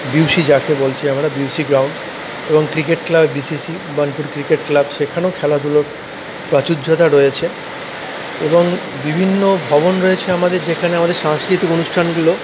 BC যাকে বলছি আমরা বিসি গ্রাউন্ড এবং cricket BCC Burnpur cricket club সেখানেও খেলাধূলোর প্রাচুর্যতা রয়েছে এবং বিভিন্ন ভবন রয়েছে আমাদের যেখানে আমাদের সাংস্কৃতিক অনুষ্ঠানগুলো